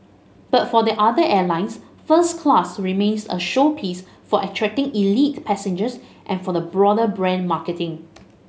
but for the other airlines first class remains a showpiece for attracting elite passengers and for the broader brand marketing